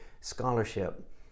scholarship